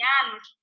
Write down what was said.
anos